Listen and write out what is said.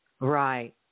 Right